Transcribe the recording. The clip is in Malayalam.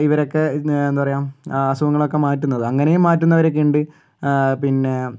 ഇവരൊക്കെ എന്താ പറയുക അസുഖങ്ങളൊക്കെ മാറ്റുന്നത് അങ്ങനെയും മാറ്റുന്നവരൊക്കെ ഉണ്ട് പിന്നെ